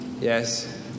Yes